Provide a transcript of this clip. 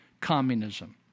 communism